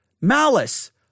malice